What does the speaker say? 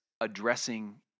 addressing